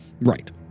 Right